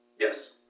Yes